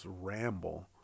ramble